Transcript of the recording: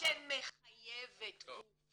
--- שמחייבת גוף.